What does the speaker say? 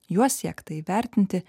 juo siekta įvertinti